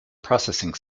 processing